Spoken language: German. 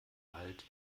wald